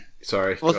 Sorry